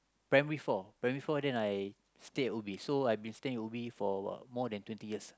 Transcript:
primary four primary four then I stay at Ubi so I have been staying at Ubi for about more than twenty years